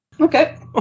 Okay